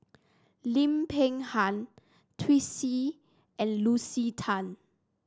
Lim Peng Han Twisstii and Lucy Tan